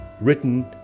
written